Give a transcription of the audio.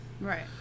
Right